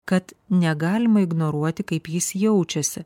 kad negalima ignoruoti kaip jis jaučiasi